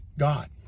God